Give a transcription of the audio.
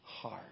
heart